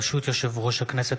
ברשות יושב-ראש הישיבה,